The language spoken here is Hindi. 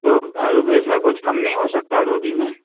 तो इसमें कुछ कम नहीं हो सकता रोटी में